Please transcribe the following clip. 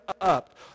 up